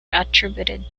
attributed